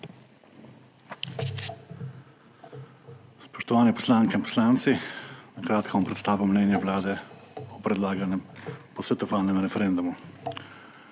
Spoštovane poslanke in poslanci! Na kratko bom predstavil mnenje Vlade o predlaganem posvetovalnem referendumu.